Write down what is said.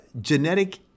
genetic